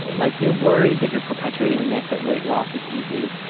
like you're worried that you're perpetuating a myth that weight loss is easy.